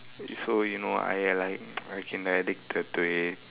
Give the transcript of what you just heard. so you know I like getting addicted to it